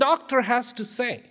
doctor has to say